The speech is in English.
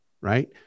right